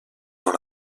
dans